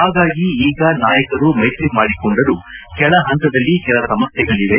ಹಾಗಾಗಿ ಈಗ ನಾಯಕರು ಮೈತ್ರಿ ಮಾಡಿಕೊಂಡರೂ ಕೆಳಹಂತದಲ್ಲಿ ಕೆಲ ಸಮಸ್ಯೆಗಳವೆ